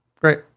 Great